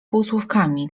półsłówkami